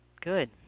Good